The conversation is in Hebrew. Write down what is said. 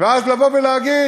ואז לבוא להגיד,